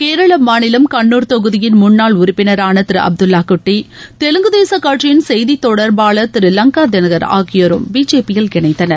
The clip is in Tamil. கேரள மாநிலம் கண்ணூர் தொகுதியின் முன்னாள் உறுப்பினரான கிரு அப்துல்லா குட்டி தெலுங்கு தேச கட்சியின் செய்தித் தொடர்பாளர் திரு லங்கா தினகர் ஆகியோரும் பிஜேபியில் இணைந்தனர்